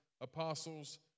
apostles